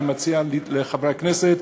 אני מציע לחברי הכנסת,